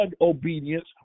obedience